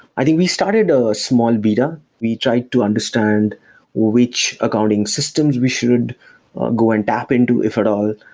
i think we started a small beta. we tried to understand which accounting systems we should go and tap into if at all,